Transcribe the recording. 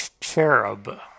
cherub